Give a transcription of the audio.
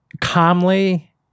calmly